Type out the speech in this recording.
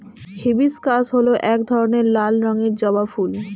hibiscus হল এক ধরনের লাল রঙের জবা ফুল